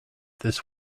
this